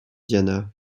diana